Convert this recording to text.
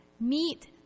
meet